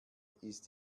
ist